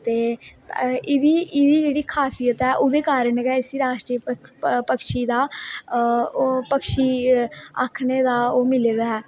ते एहदी जेहड़ी खासियत ऐओहदे कारण गै इसी राष्ट्री पक्षी दा पक्षी दा ओह् आक्खने दा ओह् मिले दा ऐ